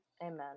Amen